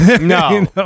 No